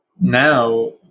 now